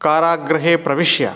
काराग्रहे प्रविश्य